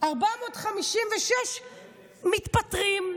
456 מתפטרים.